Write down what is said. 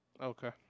Okay